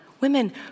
Women